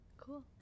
Cool